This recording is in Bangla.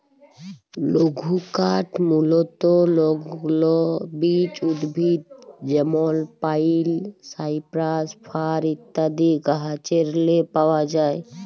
লঘুকাঠ মূলতঃ লগ্ল বিচ উদ্ভিদ যেমল পাইল, সাইপ্রাস, ফার ইত্যাদি গাহাচেরলে পাউয়া যায়